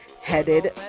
headed